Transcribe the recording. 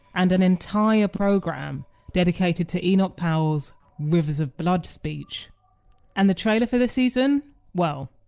and and entire programme dedicated to enoch powell's rivers of blood speech and the trailer for the season well,